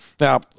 Now